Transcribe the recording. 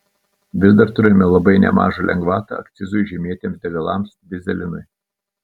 vis dar turime labai nemažą lengvatą akcizui žymėtiems degalams dyzelinui